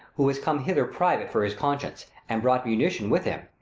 who is come hither private for his conscience, and brought munition with him,